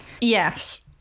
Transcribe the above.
Yes